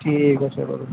ঠিক আছে বাৰু